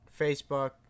Facebook